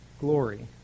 glory